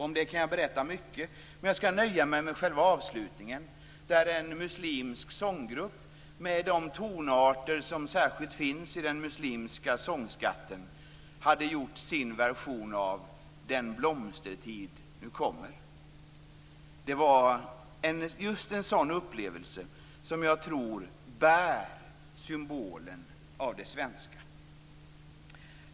Om det kan jag berätta mycket, men jag skall nöja mig med att berätta om själva avslutningen, då en muslimsk sånggrupper hade gjort sin version av Den blomstertid nu kommer med de tonarter som finns i den muslimska sångskatten. Det var just en sådan upplevelse som jag tror bär symbolen av det svenska.